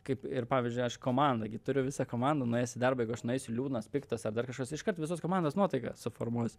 kaip ir pavyzdžiui aš komandą gi turiu visą komandą nuėjęs į darbą jeigu aš nueisiu liūdnas piktas ar dar kažkoks iškart visos komandos nuotaiką suformuos